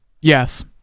Yes